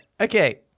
okay